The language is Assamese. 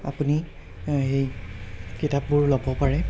আপুনি সেই কিতাপবোৰ ল'ব পাৰে